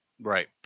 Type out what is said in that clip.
Right